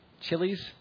chilies